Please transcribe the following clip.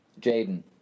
Jaden